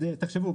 תחשבו,